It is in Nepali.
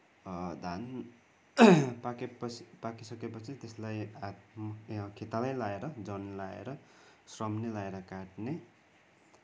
धान पाके पाकिसकेपछि त्यसलाई हात खेतालै लाएर जन लाएर श्रम नै लाएर काटने